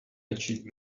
achieve